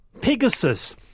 Pegasus